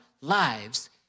lives